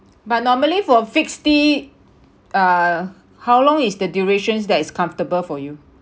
but normally for fixed D err how long is the duration that is comfortable for you